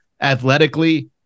athletically